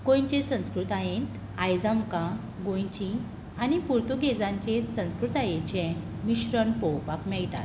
गोंयचे संस्कृतायेंत आयज आमकां गोंयची आनी पुर्तुगेजांचे संस्कृतायेचें मिश्रण पळोवपाक मेळटा